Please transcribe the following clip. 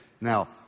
now